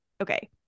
okay